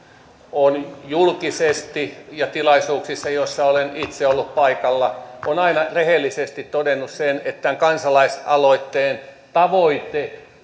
on julkisesti ja tilaisuuksissa joissa olen itse ollut paikalla aina rehellisesti todennut sen että tämän kansalaisaloitteen tavoite